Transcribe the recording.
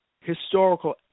historical